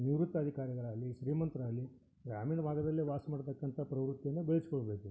ನಿವೃತ್ತ ಅಧಿಕಾರಿಗಳಾಗಲೀ ಶ್ರೀಮಂತರೇ ಆಗಲೀ ಗ್ರಾಮೀಣ ಭಾಗದಲ್ಲೆ ವಾಸ ಮಾಡ್ತಕ್ಕಂಥ ಪ್ರವೃತ್ತಿಯನ್ನು ಬೆಳೆಸ್ಕೊಳ್ಬೇಕು